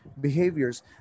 behaviors